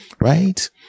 right